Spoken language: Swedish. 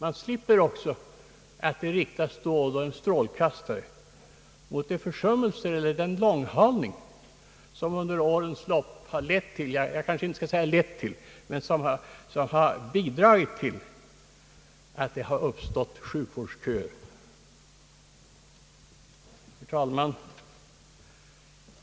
Man slipper också ifrån att strålkastareljuset då och då riktas mot de försummelser eller den långhalning som under årens lopp har bidragit till att det uppstått sjukvårdsköer. Herr talman!